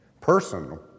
person